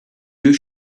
you